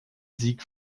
sieg